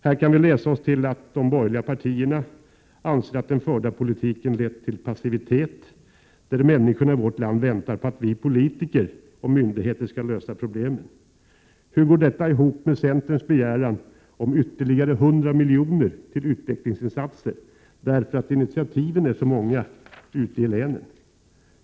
Här kan vi läsa oss till att de borgerliga partierna anser att den förda politiken lett till passivitet, där människorna i vårt land väntar på att vi politiker och myndigheterna skall lösa problemen. Hur går detta ihop med centerns begäran om ytterligare 100 milj.kr. till utvecklingsinsatser därför att initiativen är så många ute i länen?